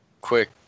quick